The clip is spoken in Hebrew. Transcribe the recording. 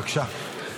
בבקשה.